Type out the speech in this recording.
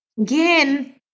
Again